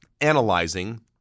analyzing